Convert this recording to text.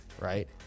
right